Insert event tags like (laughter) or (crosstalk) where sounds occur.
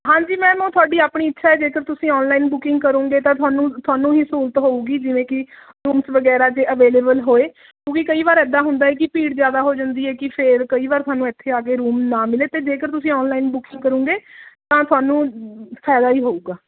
ਹਾਂਜੀ ਮੈੈਮ ਉਹ ਤੁਹਾਡੀ ਆਪਣੀ ਇੱਛਾ ਹੈ ਜੇਕਰ ਤੁਸੀਂ ਔਨਲਾਈਨ ਬੁਕਿੰਗ ਕਰੋਗੇ ਤਾਂ ਤੁਹਾਨੂੰ ਤੁਹਾਨੂੰ ਹੀ ਸਹੂਲਤ ਹੋਊਗੀ ਜਿਵੇਂ ਕਿ ਰੂਮਜ਼ ਵਗੈਰਾ ਜੇ ਅਵੈਲੇਵਲ ਹੋਏ ਕਿਉਂਕਿ ਕਈ ਵਾਰ ਇਦਾਂ ਹੁੰਦਾ ਹੈ ਕਿ ਭੀੜ ਜ਼ਿਆਦਾ ਹੋ ਜਾਂਦੀ ਹੈ ਕਿ ਫੇਰ ਕਈ ਵਾਰ ਸਾਨੂੰ ਇਥੇ ਆ ਕੇ ਰੂਮ ਨਾ ਮਿਲੇ ਅਤੇ ਜੇਕਰ ਤੁਸੀਂ ਔਨਲਾਈਨ ਬੁਕਿੰਗ ਕਰੋਗੇ ਤਾਂ ਤੁਹਾਨੂੰ (unintelligible) ਫਾਇਦਾ ਹੀ ਹੋਊਗਾ